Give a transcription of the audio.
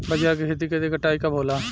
बजरा के खेती के कटाई कब होला?